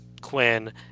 Quinn